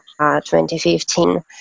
2015